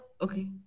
Okay